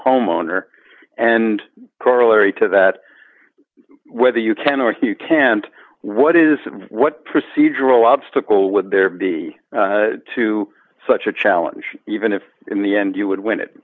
homeowner and corollary to that whether you can or if you can't what is what procedural obstacle would there be to such a challenge even if in the end you would win it